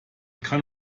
kann